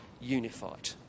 unified